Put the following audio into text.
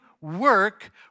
work